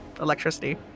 electricity